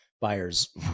buyers